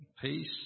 peace